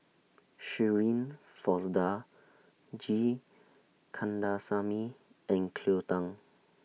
Shirin Fozdar G Kandasamy and Cleo Thang